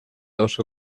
dos